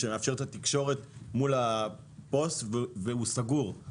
שמאפשר את התקשורת מול המסופון והוא סגור.